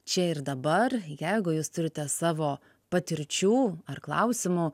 čia ir dabar jeigu jūs turite savo patirčių ar klausimų